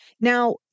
Now